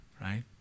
right